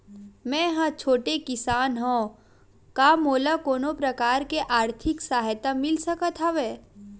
मै ह छोटे किसान हंव का मोला कोनो प्रकार के आर्थिक सहायता मिल सकत हवय?